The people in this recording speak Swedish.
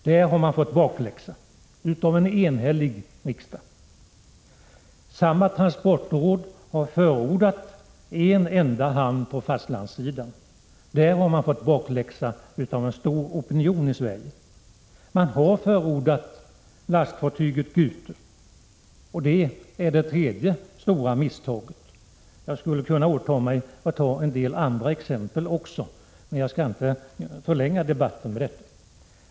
Där har man fått bakläxa aven 4 november 1986 enhällig riksdag. Samma transportråd har förordat en enda hamn på GTA om fastlandet. Där har man fått bakläxa av en stor opinion i Sverige. Transportrådet har förordat lastfartyget Gute. Det är det tredje stora misstaget. Jag skulle kunna åta mig att anföra en del andra exempel, men jag skall inte förlänga debatten med detta.